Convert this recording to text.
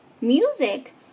music